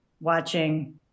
watching